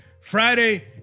Friday